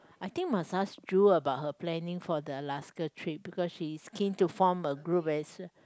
I think must ask Ju about her planning for the Alaska trip because she is keen to form a group where it's